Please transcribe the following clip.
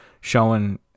showing